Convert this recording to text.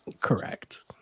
Correct